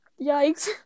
yikes